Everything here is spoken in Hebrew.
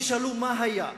תשאלו מה היה.